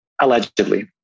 allegedly